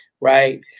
Right